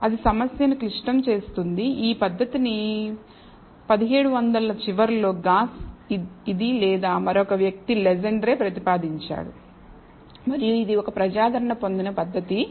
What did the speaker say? అది సమస్య ను క్లిష్టం చేస్తుంది ఈ పద్ధతిని 1700 ల చివరలో గాస్ ఇది లేదా మరొక వ్యక్తి లెజెండ్రే ప్రతిపాదించాడు మరియు ఇది ఒక ప్రజాదరణ పొందిన పద్దతి